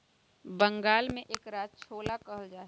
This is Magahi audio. बंगाल में एकरा छोला कहल जाहई